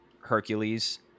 hercules